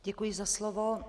Děkuji za slovo.